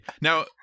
Now